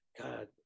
God